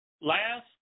Last